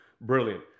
brilliant